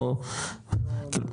כאילו,